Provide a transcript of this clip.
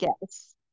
Yes